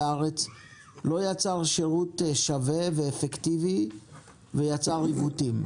הארץ לא יצר שירות שווה ואפקטיבי ויצר עיוותים.